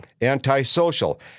anti-social